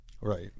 Right